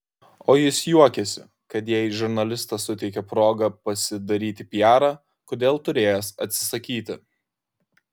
o jis juokiasi kad jei žurnalistas suteikė progą pasidaryti piarą kodėl turėjęs atsisakyti